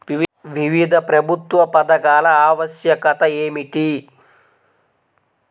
వివిధ ప్రభుత్వ పథకాల ఆవశ్యకత ఏమిటీ?